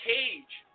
Cage